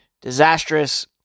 disastrous